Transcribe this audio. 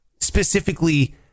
specifically